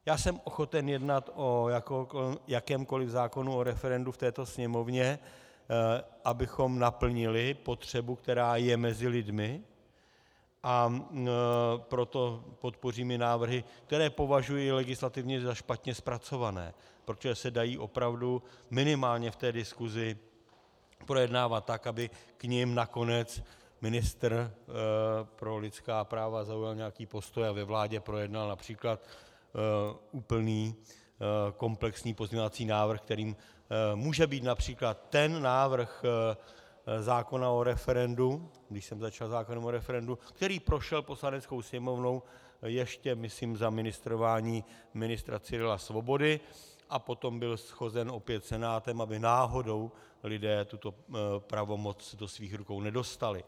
Já jsem ochoten jednat o jakémkoli zákonu o referendu v této Sněmovně, abychom naplnili potřebu, která je mezi lidmi, a proto podpořím i návrhy, které považuji legislativně za špatně zpracované, protože se dají opravdu minimálně v té diskusi projednávat tak, aby k nim nakonec ministr pro lidská práva zaujal nějaký postoj a ve vládě projednal např. úplný komplexní pozměňovací návrh, kterým může být např. ten návrh zákona o referendu, když jsem začal zákonem o referendu, který prošel Poslaneckou sněmovnou ještě myslím za ministrování ministra Cyrila Svobody a potom byl shozen opět Senátem, aby náhodou lidé tuto pravomoc do svých rukou nedostali.